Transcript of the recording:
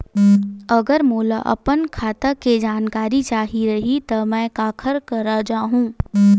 अगर मोला अपन खाता के जानकारी चाही रहि त मैं काखर करा जाहु?